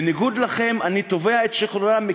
בניגוד לכם אני תובע את שחרורם,